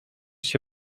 się